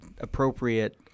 appropriate